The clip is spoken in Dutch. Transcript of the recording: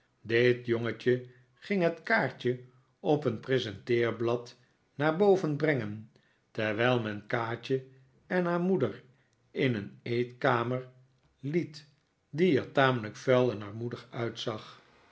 dit jongetje ging het kaartje op een presenteerblad naar boven brengen terwijl men kaatje en haar moeder in een eetkamer liet die er tamelijk vuil en armoedig uitzag